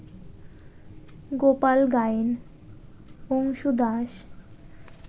Gopal Gayen Anshu Das